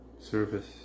Service